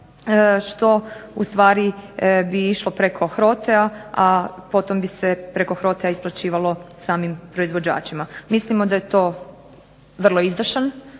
što ustvari bi išlo preko HROTE-a, a potom bi se preko HROTE-a isplaćivalo samim proizvođačima. Mislimo da je to vrlo izdašan